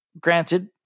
granted